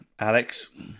Alex